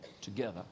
together